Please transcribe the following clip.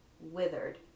withered